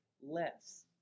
less